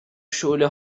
شعله